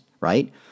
right